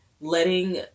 Letting